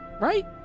Right